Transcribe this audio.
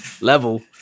level